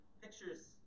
pictures